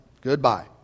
goodbye